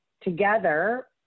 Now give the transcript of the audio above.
together